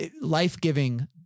life-giving